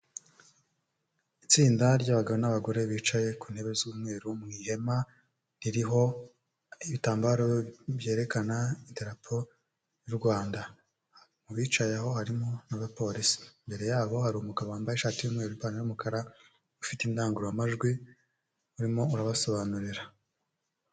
Itsinda ry'abagabo n'abagore bicaye ku ntebe z'umweru mu ihema ririho ibitambaro byerekana idarapo ry'u Rwanda, mu bicaye aho harimo n'abapolisi, imbere yabo hari umugabo wambaye ishati y'umweru n'ipantaro y'umukara ufite indangururamajwi urimo urabasobanurira.